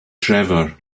trevor